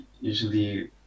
usually